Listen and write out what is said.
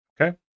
Okay